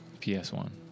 PS1